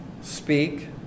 speak